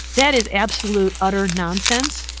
that is absolute, utter nonsense.